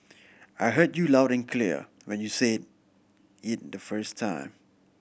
I heard you loud and clear when you said it the first time